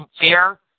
fear